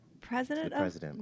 president